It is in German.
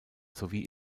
sowie